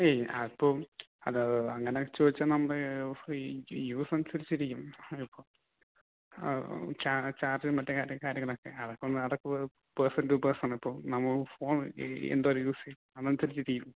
ഏയ് അപ്പോൾ അത് അല്ലാതെ അങ്ങനെ ചോദിച്ചാൽ നമ്മൾ ഈ യൂസ് അനുസരിച്ചിരിക്കും ചിലപ്പോൾ ചാർജും മറ്റേകാര്യ കാര്യങ്ങളൊക്കെ അതൊക്കെ ഒന്ന് അതൊക്കെ പെർസൺ ടു പെർസൺ ഇപ്പോൾ നമ്മൾ ഫോൺ ഈ എന്താ യൂസ് അത് അനുസരിച്ചിരിക്കും